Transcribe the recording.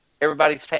Everybody's –